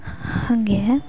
ಹಾಗೇ